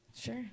Sure